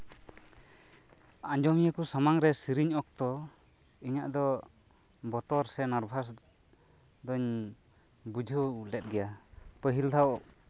ᱟᱸᱡᱚᱢᱤᱭᱟᱹ ᱠᱚ ᱥᱟᱢᱟᱝ ᱨᱮ ᱥᱮᱨᱮᱧ ᱚᱠᱛᱚ ᱤᱧᱟᱹᱜ ᱫᱚ ᱵᱚᱛᱚᱨ ᱥᱮ ᱱᱟᱨᱵᱷᱟᱥ ᱫᱚᱧ ᱵᱩᱡᱷᱟᱹᱣ ᱞᱮᱫ ᱜᱮᱭᱟ ᱯᱟᱹᱦᱤᱞ ᱫᱷᱟᱣ